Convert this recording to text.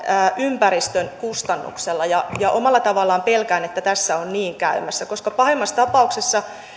ympäristön kustannuksella omalla tavallaan pelkään että tässä on niin käymässä koska pahimmassa tapauksessa